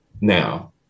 now